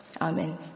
Amen